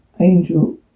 Angel